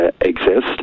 exist